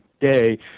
day